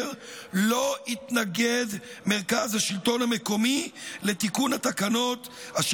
לא יתנגד מרכז השלטון המקומי לתיקון התקנות אשר